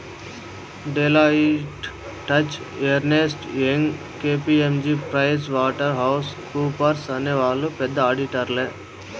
Deloitte, Touche Ernst, Young KPMG Price Waterhouse కూపర్స్అనే వాళ్ళు పెద్ద ఆడిటర్లే